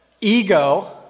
ego